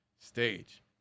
stage